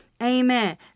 Amen